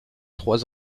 trois